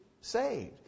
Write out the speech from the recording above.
saved